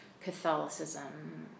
Catholicism